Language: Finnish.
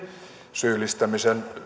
syyllistämisen